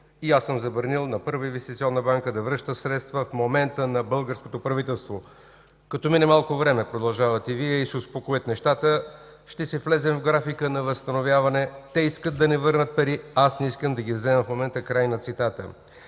и аз съм забранил на Първа инвестиционна банка да връща средства в момента на българското правителство. Като мине малко време – продължавате Вие – и се успокоят нещата, ще си влезем в графика на възстановяване. Те искат да не върнат пари, аз не искам да ги взема в момента” – край на цитата.